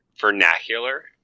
vernacular